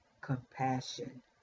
compassion